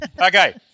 Okay